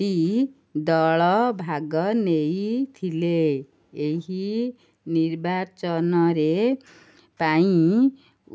ଟି ଦଳ ଭାଗ ନେଇଥିଲେ ଏହି ନିର୍ବାଚନରେ ପାଇଁ